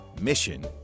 Mission